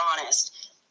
honest